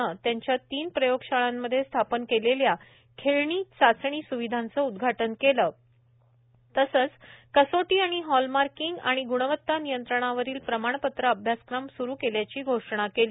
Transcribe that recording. ने त्यांच्या तीन प्रयोगशाळांमध्ये स्थापन केलेल्या खेळणी चाचणी सुविधांचे उद्घाटन केले तसेच कसोटी आणि हॉलमार्किंग आणि गुणवत्ता नियंत्रणावरील प्रमाणपत्र अभ्यासक्रम स्रू केल्याची घोषणा केली